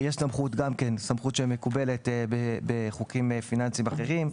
יש סמכות, שמקובלת גם בחוקים פיננסיים אחרים,